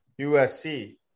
USC